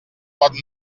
pot